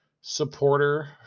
supporter